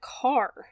car